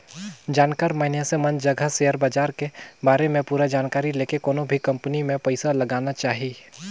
जानकार मइनसे मन जघा सेयर बाजार के बारे में पूरा जानकारी लेके कोनो भी कंपनी मे पइसा लगाना चाही